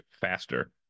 faster